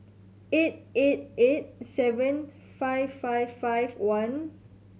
eight eight eight seven five five five one